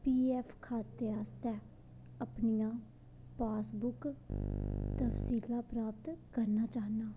इ ऐफ खाते आस्तै अपना पासबुक प्राप्त करना चाह्ना